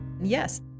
Yes